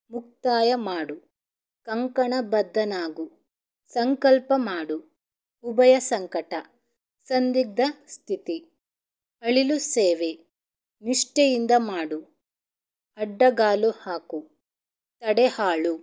ಮುಕ್ತಾಯ ಮಾಡು ಕಂಕಣ ಬದ್ಧನಾಗು ಸಂಕಲ್ಪ ಮಾಡು ಉಭಯ ಸಂಕಟ ಸಂದಿಗ್ಧ ಸ್ಥಿತಿ ಅಳಿಲು ಸೇವೆ ನಿಷ್ಠೆಯಿಂದ ಮಾಡು ಅಡ್ಡಗಾಲು ಹಾಕು ತಡೆಹಾಕು